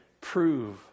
prove